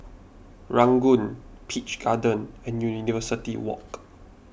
Ranggung Peach Garden and University Walk